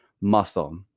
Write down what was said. muscle